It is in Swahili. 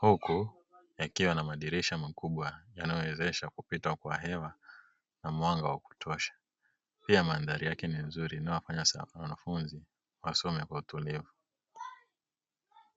huku yakiwa na madirisha makubwa yanayowezesha kupita kwa hewa na mwanga wa kutosha. Pia mandhari yake ni nzuri inayowafanya wanafunzi wasome kwa utulivu.